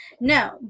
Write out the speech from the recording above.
No